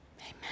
Amen